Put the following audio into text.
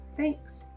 Thanks